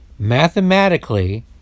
mathematically